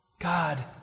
God